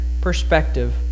perspective